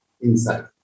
inside